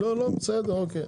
בסדר, אוקיי.